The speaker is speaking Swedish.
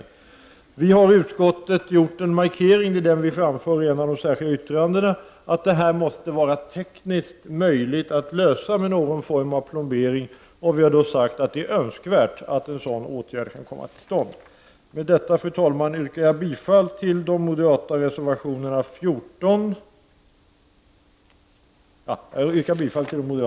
Vi moderater har i utskottet gjort en markering av, som vi framför i ett särskilt yttrande, att det måste vara tekniskt möjligt att lösa detta med någon form av plombering. Vi har då sagt att det är önskvärt att en sådan åtgärd kan komma till stånd. Med detta, fru talman, yrkar jag bifall till de moderata reservationerna.